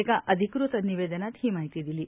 एका अधिकृत निवेदनात ही माहिती दिली आहे